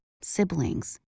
siblings